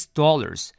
dollars